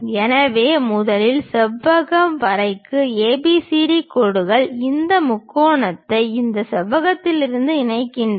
எனவே முதலில் செவ்வக வரைக்கு ABCD கோடுகள் இந்த முக்கோணத்தை இந்த செவ்வகத்தில் இணைக்கின்றன